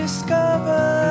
Discover